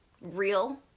real